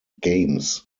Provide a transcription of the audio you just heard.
games